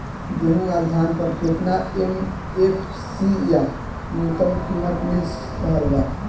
गेहूं अउर धान पर केतना एम.एफ.सी या न्यूनतम कीमत मिल रहल बा?